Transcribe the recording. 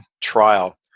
trial